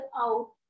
out